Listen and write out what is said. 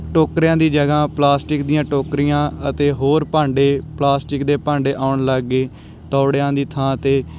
ਟੋਕਰਿਆਂ ਦੀ ਜਗ੍ਹਾ ਪਲਾਸਟਿਕ ਦੀਆਂ ਟੋਕਰੀਆਂ ਅਤੇ ਹੋਰ ਭਾਂਡੇ ਪਲਾਸਟਿਕ ਦੇ ਭਾਂਡੇ ਆਉਣ ਲੱਗ ਗਏ ਤੌੜਿਆਂ ਦੀ ਥਾਂ 'ਤੇ